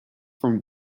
from